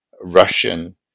Russian